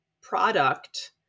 product